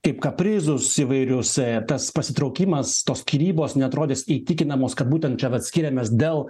kaip kaprizus įvairius tas pasitraukimas tos skyrybos neatrodys įtikinamos kad būtent čia vat skiriamės dėl